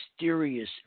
mysterious